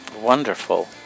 Wonderful